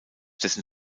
dessen